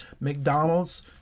McDonald's